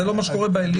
זה לא מה שקורה בעליון?